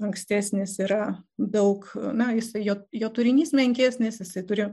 ankstesnis yra daug na jisai jo jo turinys menkesnis jisai turi